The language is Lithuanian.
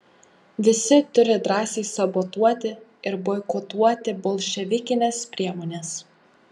visi turi drąsiai sabotuoti ir boikotuoti bolševikines priemones